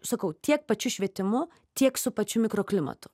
sakau tiek pačiu švietimu tiek su pačiu mikroklimatu